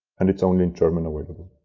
and it's only in german available.